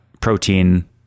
protein